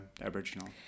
Aboriginal